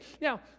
Now